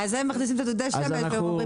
אז הם מכניסים את דודי השמש ואומרים שזה עובד.